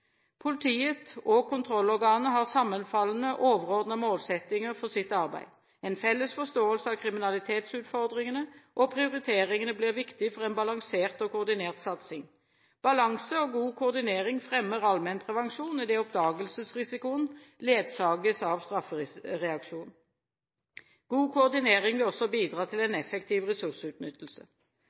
Politiet og kontrollorganene har sammenfallende overordnede målsettinger for sitt arbeid. En felles forståelse av kriminalitetsutfordringene og prioriteringene blir viktig for en balansert og koordinert satsing. Balanse og god koordinering fremmer allmennprevensjon, idet oppdagelsesrisikoen ledsages av straffereaksjon. God koordinering vil også bidra til en effektiv ressursutnyttelse.